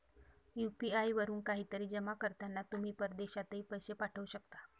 UPI वरून काहीतरी जमा करताना तुम्ही परदेशातही पैसे पाठवू शकता